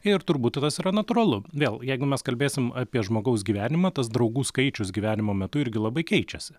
ir turbūt tas yra natūralu vėl jeigu mes kalbėsim apie žmogaus gyvenimą tas draugų skaičius gyvenimo metu irgi labai keičiasi